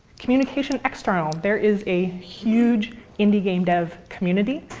communication external. there is a huge indie game dev community,